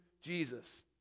Jesus